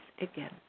again